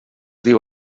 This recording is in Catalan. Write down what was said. diu